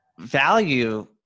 value